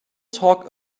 talk